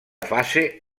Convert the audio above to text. fase